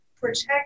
protect